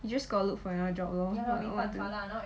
you just gotta look for another job lor what to